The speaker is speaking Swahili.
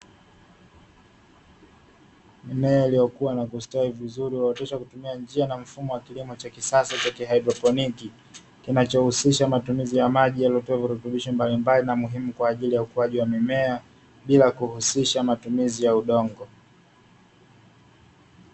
Mimea iliyokua na kustawi vizuri inaoteshwa kwa njia ya mfumo wa kilimo cha kisasa cha kihaidrokroni, kinachohusisha matumizi ya maji yanayotoa virutubisho mbalimbali na muhimu kwa ajili yanukuaji wa mimea, bila kuhusisha matumizi ya udongo.